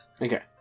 Okay